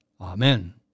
Amen